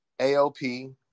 AOP